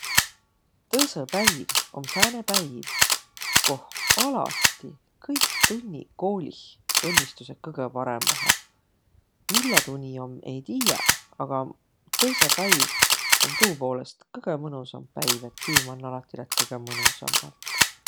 Tõõsõpäiv om sääne päiv, koh alati kõik tunniq koolih õnnistusõq kõgõ parõmbahe. Mille tuu nii om, ei tiiäq, aga tõõsõpäiv om tuu poolõst kõgõ mõnusamb päiv, et tüü man alati lätt kõgõ mõnusambalt.